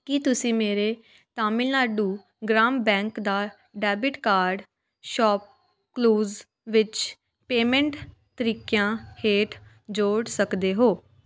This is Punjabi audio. ਕੀ ਤੁਸੀਂਂ ਮੇਰੇ ਤਾਮਿਲਨਾਡੂ ਗ੍ਰਾਮ ਬੈਂਕ ਦਾ ਡੈਬਿਟ ਕਾਰਡ ਸ਼ੌਪਕਲੂਜ਼ ਵਿੱਚ ਪੇਮੈਂਟ ਤਰੀਕਿਆਂ ਹੇਠ ਜੋੜ ਸਕਦੇ ਹੋ